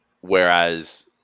Whereas